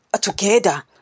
together